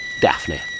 Daphne